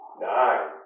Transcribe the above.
Nine